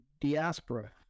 diaspora